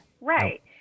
right